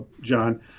John